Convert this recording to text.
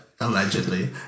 allegedly